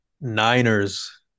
Niners